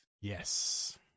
Yes